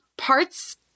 Parts